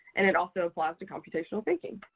and it also applies to computational thinking.